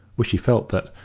which he felt that,